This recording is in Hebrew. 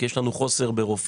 כי יש לנו חוסר ברופאים,